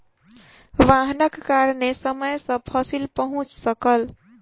वाहनक कारणेँ समय सॅ फसिल पहुँच सकल